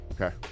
Okay